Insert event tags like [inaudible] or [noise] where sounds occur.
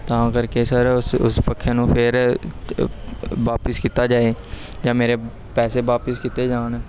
ਤਾਂ ਕਰਕੇ ਸਰ ਉਸ ਉਸ ਪੱਖੇ ਨੂੰ ਫਿਰ [unintelligible] ਵਾਪਿਸ ਕੀਤਾ ਜਾਵੇ ਜਾਂ ਮੇਰੇ ਪੈਸੇ ਵਾਪਿਸ ਕੀਤੇ ਜਾਣ